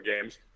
games